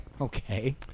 Okay